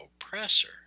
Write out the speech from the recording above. oppressor